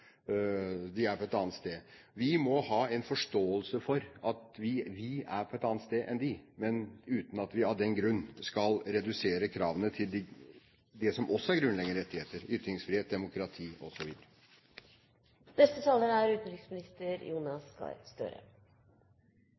De er på et annet sted. Vi må ha en forståelse for at vi er på et annet sted enn dem, men uten at vi av den grunn skal redusere kravene til det som også er grunnleggende rettigheter: ytringsfrihet, demokrati